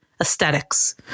aesthetics